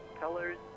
colors